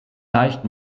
leicht